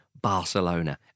Barcelona